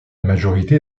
majorité